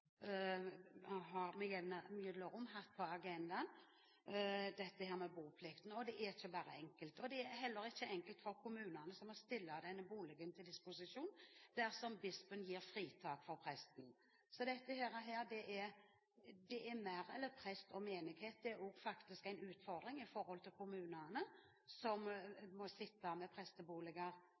med jevne mellomrom hatt på agendaen. Det er ikke bare enkelt. Det er heller ikke enkelt for kommunene, som må stille denne boligen til disposisjon dersom bispen gir fritak for presten. Dette gjelder mer enn prest og menighet, det er òg en utfordring for kommunene, som må sitte med presteboliger